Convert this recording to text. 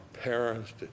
parents